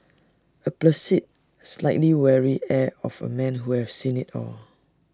A placid slightly weary air of A man who has seen IT all